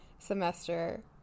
semester